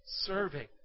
Serving